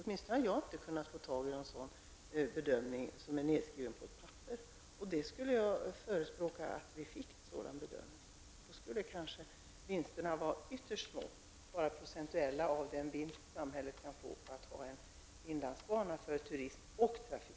Åtminstone har jag inte kunnat få tag i någon sådan bedömning som är nedskriven på papper. Jag skulle vilja förespråka att en sådan bedömning gjordes. Då skulle kanske vinsterna av en försäljning vara ytterst små, bara procentuella, av den vinst samhället kan få av att ha en inlandsbana för turism och trafik.